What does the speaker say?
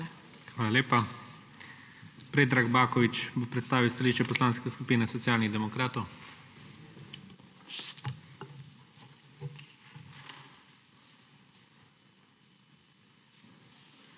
Hvala lepa. Predrag Baković bo predstavil stališče Poslanske skupine Socialnih demokratov.